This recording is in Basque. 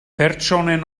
pertsonen